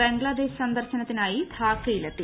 ബംഗ്ലാദേശ് സന്ദർശനത്തിനായി ്ധ്ാക്കയിലെത്തി